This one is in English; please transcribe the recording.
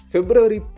February